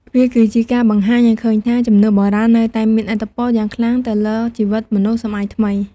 វាគឺជាការបង្ហាញឱ្យឃើញថា ជំនឿបុរាណនៅតែមានឥទ្ធិពលយ៉ាងខ្លាំងទៅលើជីវិតមនុស្សសម័យថ្មី។